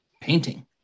painting